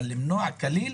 אבל למנוע כליל?